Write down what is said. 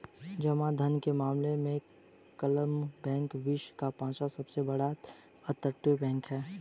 जमा धन के मामले में क्लमन बैंक विश्व का पांचवा सबसे बड़ा अपतटीय बैंक है